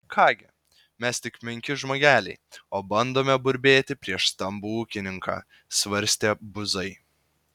ką gi mes tik menki žmogeliai o bandome burbėti prieš stambų ūkininką svarstė buzai